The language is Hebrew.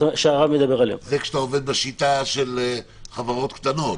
זה כשאתה עובד בשיטה של חברות קטנות.